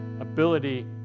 ability